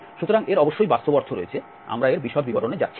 সুতরাং এর অবশ্যই বাস্তব অর্থ রয়েছে আমরা এর বিশদ বিবরণে যাচ্ছি না